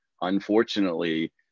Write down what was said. unfortunately